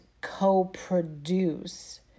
co-produce